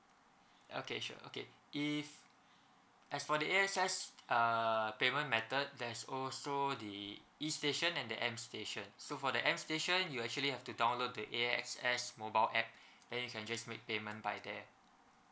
okay sure okay if as for the A_X_S uh payment method there's also the e station and the m station so for the m station you actually have to download the A_X_S mobile app then you can just make payment by there